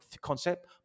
concept